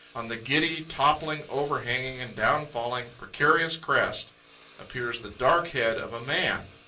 on the giddy, toppling, overhanging and downfalling, precarious crest appears the dark head of a man.